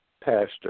Pastor